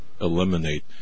eliminate